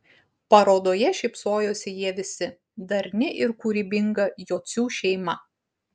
parodoje šypsojosi jie visi darni ir kūrybinga jocių šeima